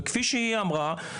וכפי שהיא אמרה,